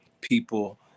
people